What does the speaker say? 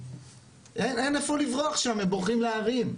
אין איפה לברוח שם, הם בורחים להרים.